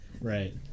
Right